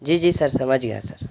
جی جی سر سمجھ گیا سر